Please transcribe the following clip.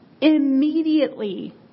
Immediately